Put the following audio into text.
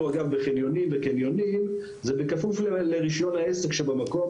בחניונים וקניונים היא בכפוף לרישיון העסק שבמקום.